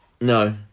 No